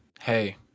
hey